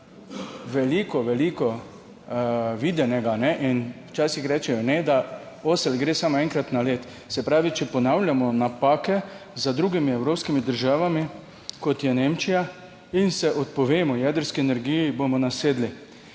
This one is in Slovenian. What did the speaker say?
veliko, veliko videnega in včasih rečejo, kajne, da osel gre samo enkrat na leto. Se pravi, če ponavljamo napake za drugimi evropskimi državami, kot je Nemčija, in se odpovemo jedrski energiji, bomo nasedli.